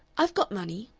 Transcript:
i've got money,